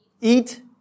Eat